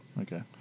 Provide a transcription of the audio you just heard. Okay